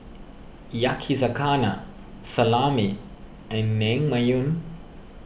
Yakizakana Salami and Naengmyeon